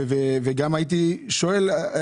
דבר נוסף,